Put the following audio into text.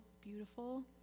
beautiful